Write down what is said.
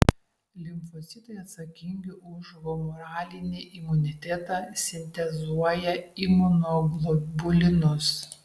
limfocitai atsakingi už humoralinį imunitetą sintezuoja imunoglobulinus